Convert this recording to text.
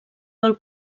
pel